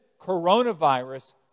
coronavirus